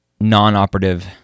non-operative